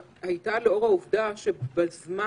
עובד נגדו, הוא חושב